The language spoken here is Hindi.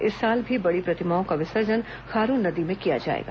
इस साल भी बड़ी प्रतिमाओं का विसर्जन खारून नदी में ही किया जाएगा